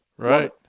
right